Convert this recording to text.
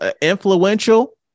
influential